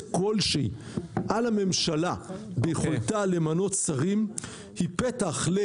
כלשהי על הממשלה ביכולתה למנות שרים היא פתח ל: